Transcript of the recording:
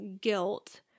guilt